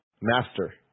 Master